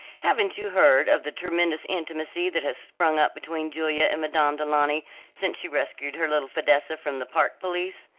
haven't you heard of the tremendous intimacy that has sprung up between julia and madame du launy since she rescued her little fidessa from the park police?